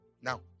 now